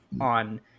on